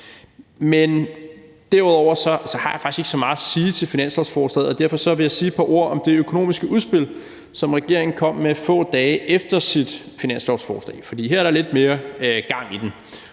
Men derudover har jeg faktisk ikke så meget at sige om finanslovsforslaget, og derfor vil jeg sige et par ord om det økonomiske udspil, som regeringen kom med få dage efter sit finanslovsforslag. For her er der lidt mere gang i den,